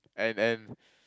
and and